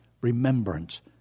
remembrance